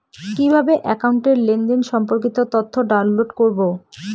কিভাবে একাউন্টের লেনদেন সম্পর্কিত তথ্য ডাউনলোড করবো?